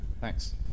Thanks